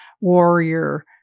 warrior